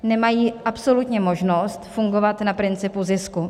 Nemají absolutně možnost fungovat na principu zisku.